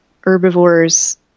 Herbivores